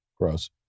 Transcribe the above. Gross